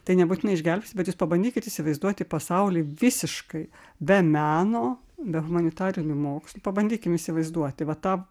tai nebūtinai išgelbsti bet jūs pabandykit įsivaizduoti pasaulį visiškai be meno be humanitarinių mokslų pabandykim įsivaizduoti va tą